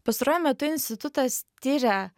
pastaruoju metu institutas tiria